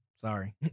Sorry